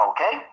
Okay